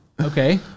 okay